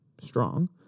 strong